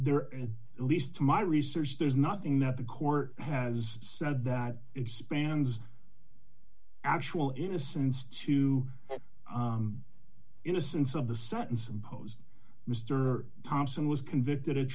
there at least to my research there's nothing that the court has said that it spans actual innocence to innocence of the sentence imposed mr thompson was convicted